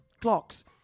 clocks